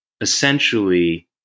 essentially